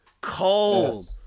cold